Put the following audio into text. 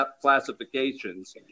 classifications